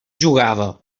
jugava